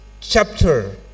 chapter